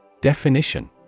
Definition